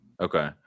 okay